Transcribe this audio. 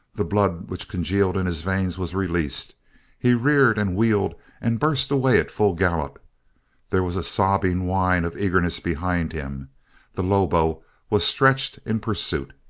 the blood which congealed in his veins was released he reared and wheeled and burst away at full gallop there was a sobbing whine of eagerness behind him the lobo was stretched in pursuit.